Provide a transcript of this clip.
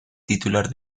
titular